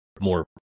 more